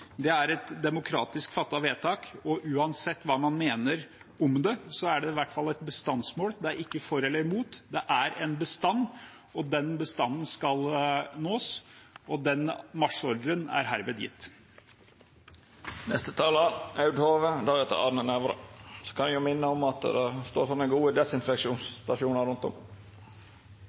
er et demokratisk fattet vedtak, og uansett hva man mener om det, er det i hvert fall et bestandsmål. Det er ikke for eller imot, det er en bestand, og den bestanden skal nås. Den marsjordren er herved gitt. I svarbrevet frå Klima- og miljødepartementet til desse sakene seier dei at det er eit lågt skadepotensial for ulv utanfor ulvesona. Det vi ser, er at der